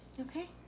Okay